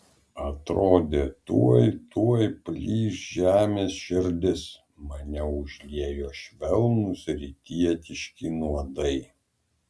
atrodė tuoj tuoj plyš žemės širdis mane užliejo švelnūs rytietiški nuodai